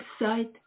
website